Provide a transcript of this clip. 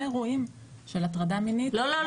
אירועים של הטרדה מינית --- לא,